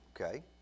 okay